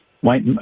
white